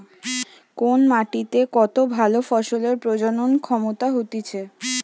কোন মাটিতে কত ভালো ফসলের প্রজনন ক্ষমতা হতিছে